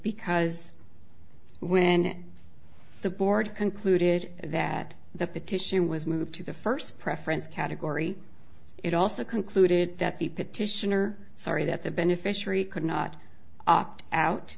because when the board concluded that the petition was moved to the first preference category it also concluded that the petitioner sorry that the beneficiary could not opt out